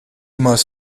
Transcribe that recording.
must